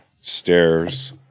stairs